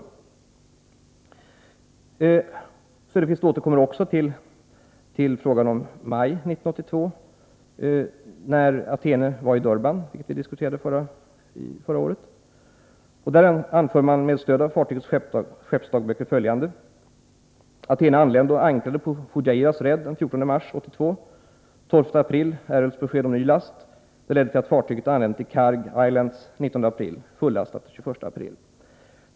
Herr Söderqvist återkommer också till frågan om vad Athene lossade i Durban i maj 1982, vilket vi diskuterade förra året. Vad gäller denna resa anför Zenit Shipping AB med stöd av fartygets skeppsdagböcker följande.